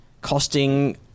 costing